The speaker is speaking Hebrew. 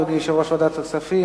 אדוני יושב-ראש ועדת הכספים,